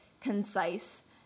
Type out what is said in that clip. concise